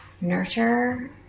nurture